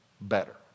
better